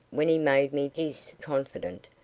when he made me his confidant,